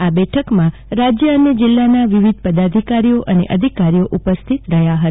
આ બેઠક માં રાજ્ય અને જીલ્લા નાં વિવિધ પદાધિકારીઓ અને અધિકારી ઓ ઉપસ્થિત રહ્યા હતા